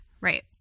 Right